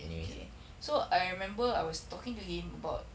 okay so I remember I was talking to him about